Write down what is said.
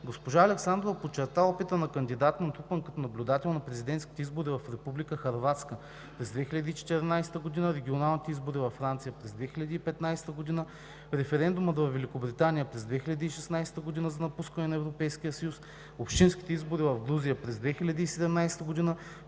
Госпожа Александрова подчерта опита на кандидата, натрупан като наблюдател на президентските избори в Република Хърватска през 2014 г., регионалните избори във Франция през 2015 г., референдумът във Великобритания през 2016 г. за напускане на Европейския съюз, общинските избори в Грузия през 2017 г.,